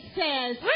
says